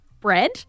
bread